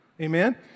Amen